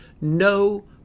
no